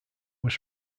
was